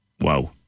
Wow